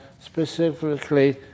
specifically